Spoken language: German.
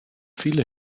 viele